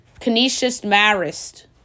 Canisius-Marist